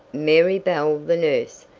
mary bell, the nurse,